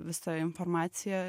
visa informacija